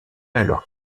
alors